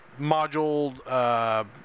module